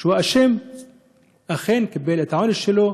שהוא אשם, אכן, קיבל את העונש שלו,